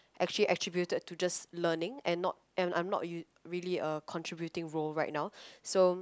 actually attributed to just learning and not and I'm not r~ really a contributing role right now so